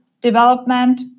development